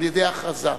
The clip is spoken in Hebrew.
על-ידי הכרזה.